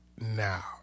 Now